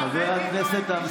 חברת הכנסת דיסטל.